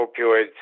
opioids